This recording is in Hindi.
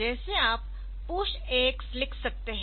जैसे आप Push AX लिख सकते है